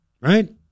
right